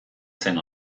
zen